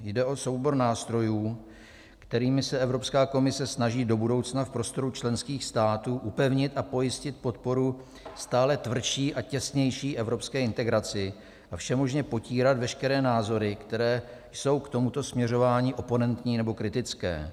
Jde o soubor nástrojů, kterými se Evropská komise snaží do budoucna v prostoru členských států upevnit a pojistit podporu stále tvrdší a těsnější evropské integraci a všemožně potírat veškeré názory, které jsou k tomuto směřování oponentní nebo kritické.